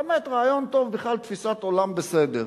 באמת רעיון טוב, בכלל, תפיסת עולם בסדר.